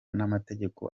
n’amategeko